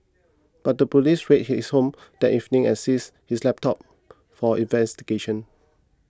but the police raided his home that evening and seized his laptop for investigation